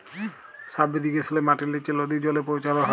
sub ইরিগেশলে মাটির লিচে লদী জলে পৌঁছাল হ্যয়